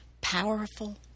powerful